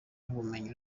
n’ubumenyi